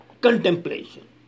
contemplation